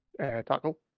Tackle